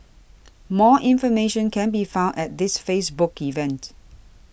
more information can be found at this Facebook event